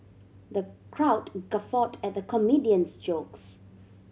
the crowd guffawed at the comedian's jokes